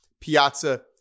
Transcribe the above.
Piazza